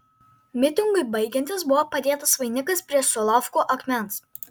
mitingui baigiantis buvo padėtas vainikas prie solovkų akmens